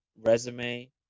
resume